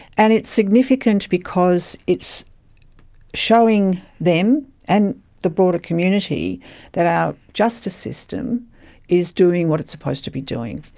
and it's significant because it's showing them and the broader community that our justice system is doing what it's supposed to be doing.